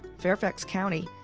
fairfax county,